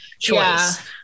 choice